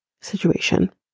situation